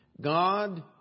God